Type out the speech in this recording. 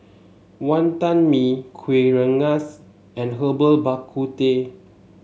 Wantan Mee Kuih Rengas and Herbal Bak Ku Teh